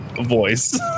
voice